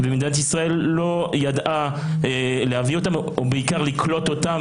ומדינת ישראל לא ידעה לקלוט אותם,